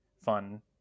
fun